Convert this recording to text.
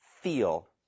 feel